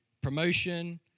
promotion